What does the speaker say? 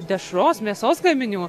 dešros mėsos gaminių